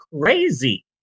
crazy